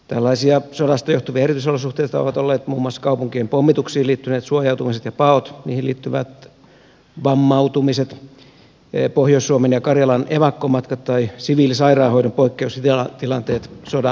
tällaisia sodasta johtuvia erityisolosuhteita ovat olleet muun muassa kaupunkien pommituksiin liittyneet suojautumiset ja paot niihin liittyvät vammautumiset pohjois suomen ja karjalan evakkomatkat tai siviilisairaanhoidon poikkeustilanteet sodan oloissa